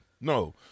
no